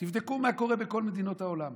תבדקו מה קורה בכל מדינות העולם.